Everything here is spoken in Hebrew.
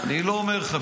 אני לא אומר לך.